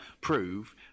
prove